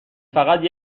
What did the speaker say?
فقط